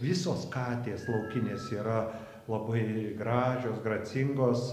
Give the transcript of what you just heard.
visos katės laukinės yra labai gražios gracingos